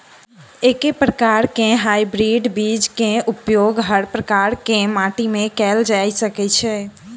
एके प्रकार केँ हाइब्रिड बीज केँ उपयोग हर प्रकार केँ माटि मे कैल जा सकय छै?